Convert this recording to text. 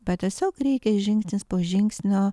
bet tiesiog reikia žingsnis po žingsnio